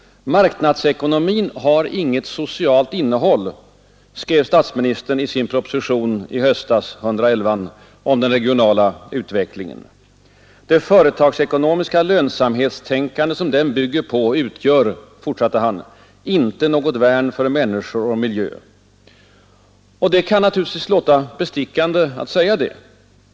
”Marknadsekonomin har inget socialt innehåll ———”, skrev statsministern i sin proposition nr 111 i höstas om den regionala utvecklingen. ”Det företagsekonomiska lönsamhetstänkande som den bygger på utgör” — fortsatte han — ”inte något värn för människor och miljö.” Det kan naturligtvis låta bestickande att säga så.